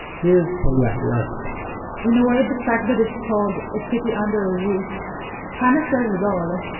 here's talia, the architect in a way the fact that it's called a city under a roof kind of says it all.